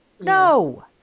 no